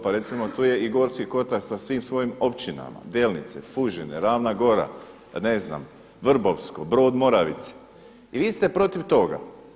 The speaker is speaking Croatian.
Pa recimo tu je i Gorski Kotar sa svim svojim općinama, Delnice, Fužine, Ravna Gora, ne znam, Vrbovsko, Brod Moravica i vi ste protiv toga.